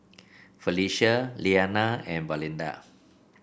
Felicia Lilyana and Valinda